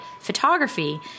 photography